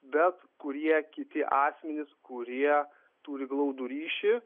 bet kurie kiti asmenys kurie turi glaudų ryšį